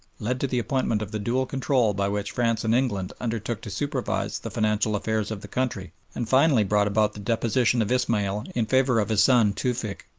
led to the appointment of the dual control by which france and england undertook to supervise the financial affairs of the country, and finally brought about the deposition of ismail in favour of his son tewfick,